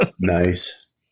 Nice